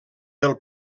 del